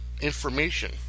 information